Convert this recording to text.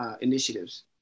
initiatives